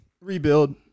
Rebuild